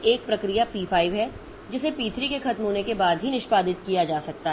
एक और प्रक्रिया पी 5 है जिसे पी 3 के खत्म होने के बाद ही निष्पादित किया जा सकता है